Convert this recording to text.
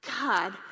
God